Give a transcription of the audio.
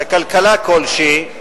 וכלכלה כלשהי,